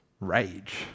Rage